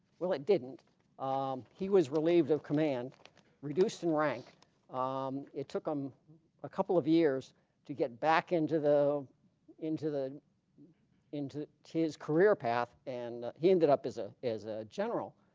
well it didn't um he was relieved of command reduced in rank um it took him a couple of years to get back into the into the into his career path and he ended up as a as a general.